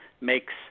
makes